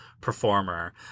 performer